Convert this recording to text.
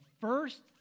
first